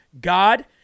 God